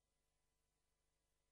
מה אתה מציע